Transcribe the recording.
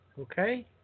okay